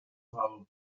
val